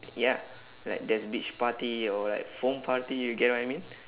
ya like there's beach party or like foam party you get what I mean